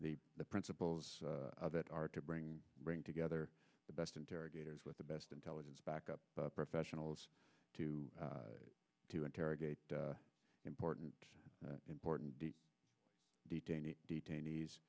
the principles of it are to bring bring together the best interrogators with the best intelligence backup the professionals to to interrogate important important detainee detainees